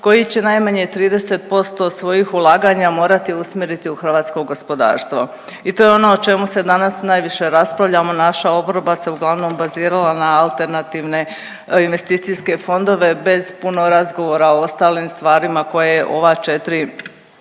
koji će najmanje 30% svojih ulaganja morati usmjeriti u hrvatskog gospodarstvo i to je ono o čemu se danas najviše raspravljamo, naša oporba se uglavnom bazirala na alternativne investicijske fondove bez puno razgovora o ostalim stvarima koje ova 4